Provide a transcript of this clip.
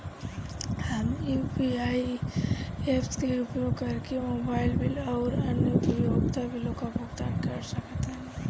हम UPI apps के उपयोग करके मोबाइल बिल आउर अन्य उपयोगिता बिलों का भुगतान कर सकतानी